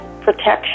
protection